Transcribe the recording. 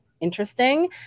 interesting